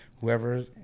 whoever